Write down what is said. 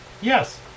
Yes